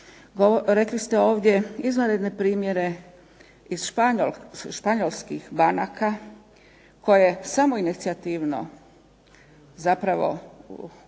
Rekli ste ovdje izvanredne primjere španjolskih banaka koje samoinicijativno zapravo